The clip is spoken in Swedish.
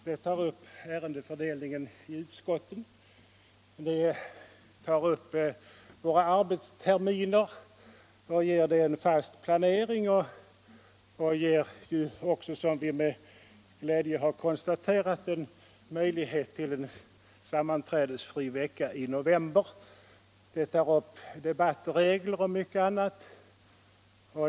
Det tar upp ärendefördelningen på utskotten, det tar upp frågan om våra arbetsterminer och ger, som vi med glädje konstaterar, möjlighet till en sammanträdesfri vecka i november. Det tar upp debattregler och mycket annat.